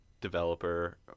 developer